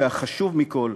והחשוב מכול,